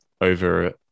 over